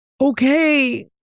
okay